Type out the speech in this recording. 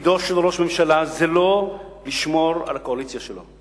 תפקידו של ראש ממשלה הוא לא לשמור על הקואליציה שלו.